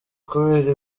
kubera